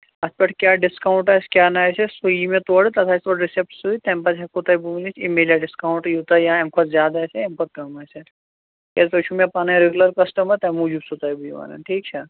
اَتھ پٮ۪ٹھ کیٛاہ ڈِسکاوُنٛٹ آسہِ کیٛاہ نہٕ آسٮ۪س سُہ یِیہِ مےٚ تورٕ تَتھ آسہِ تورٕ رِسیپٹ سۭتۍ تَمہِ پَتہٕ ہٮ۪کو تۄہہِ بہٕ ؤنِتھ اِمِجیٹ ڈِسکاوُنٛٹ یوٗتاہ یا اَمہِ کھۄتہٕ زیادٕ آسیٛا اَمہِ کھۄتہٕ کَم آسیٛا کیٛازِ تۄہہِ چھُو مےٚ پَنٕنۍ ریٚگوٗلَر کَسٹٕمَر تَمہِ موٗجوٗب چھُسو تۄہہِ بہٕ یہِ وَنان ٹھیٖک چھا